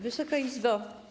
Wysoka Izbo!